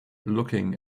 looking